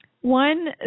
one